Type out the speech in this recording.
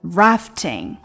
rafting，